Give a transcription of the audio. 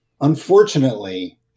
unfortunately